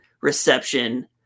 reception